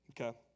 Okay